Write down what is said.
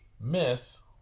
miss